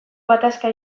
gatazka